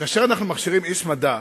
שכאשר אנחנו מכשירים איש מדע,